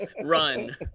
run